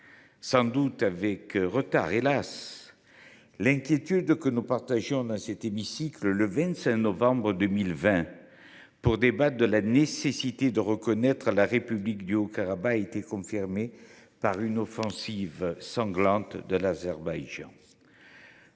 sans doute avec retard, hélas ! L’inquiétude que nous partagions dans cet hémicycle le 25 novembre 2020 lors du débat sur la nécessité de reconnaître la République du Haut Karabagh a été confirmée par une offensive sanglante de l’Azerbaïdjan.